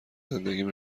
زندگیم